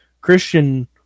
Christian